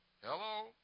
Hello